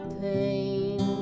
pain